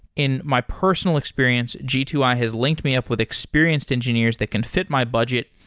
in my personal experience, g two i has linked me up with experienced engineers that can fit my budget,